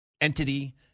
entity